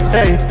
Hey